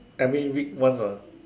every week once ah